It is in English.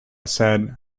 said